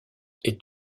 est